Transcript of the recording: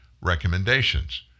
recommendations